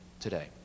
today